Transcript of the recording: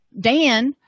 Dan